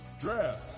draft